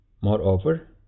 Moreover